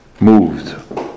moved